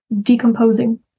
decomposing